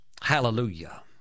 Hallelujah